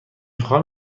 خواهم